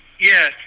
Yes